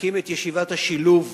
להקים את ישיבת השילוב,